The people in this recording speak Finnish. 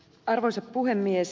arvoisa puhemies